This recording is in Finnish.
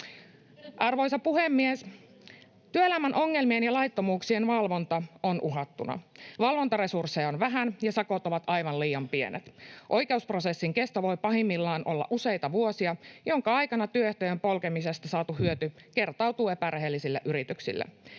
Arvoisa puhemies! Työelämän ongelmien ja laittomuuksien valvonta on uhattuna. Valvontaresursseja on vähän, ja sakot ovat aivan liian pienet. Oikeusprosessin kesto voi pahimmillaan olla useita vuosia, minkä aikana työehtojen polkemisesta saatu hyöty kertautuu epärehellisille yrityksille.